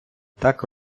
так